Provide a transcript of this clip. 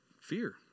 fear